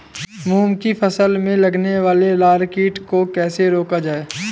मूंग की फसल में लगने वाले लार कीट को कैसे रोका जाए?